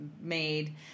made